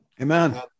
Amen